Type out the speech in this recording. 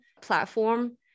platform